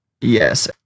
yes